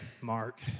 Mark